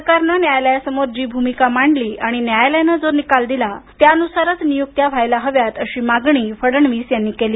सरकारने न्यायालयासमोर जी भूमिका मांडली आणि न्यायालयाने जो निकाल दिला त्यानुसारच नियुक्त्या व्हायला हव्यात अशी मागणी फडणवीस यांनी केली